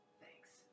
thanks